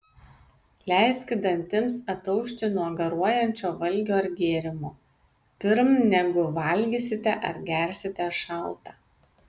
leiskit dantims ataušti nuo garuojančio valgio ar gėrimo pirm negu valgysite ar gersite šaltą